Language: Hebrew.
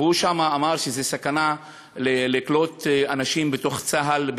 והוא אמר שם שזו סכנה לקלוט בצה"ל אנשים,